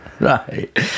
Right